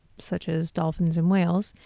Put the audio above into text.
such as dolphins and whales,